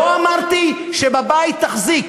לא אמרתי שבבית תחזיק